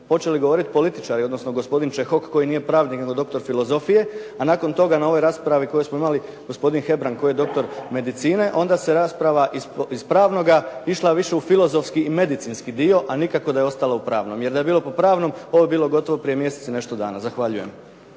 počeli govoriti političari odnosno gospodin Čehok koji nije pravnik, nego doktor filozofije, a nakon toga na ovoj raspravi koju smo imali gospodin Hebrang koji je doktor medicine, onda se rasprava iz pravnoga išla više u filozofski i medicinski dio, a nikako da je ostala u pravnom. Jer da je bilo po pravnom, ovo bi bilo gotovo prije mjesec i nešto dana. Zahvaljujem.